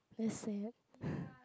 just say it